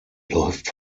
läuft